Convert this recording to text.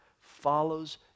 follows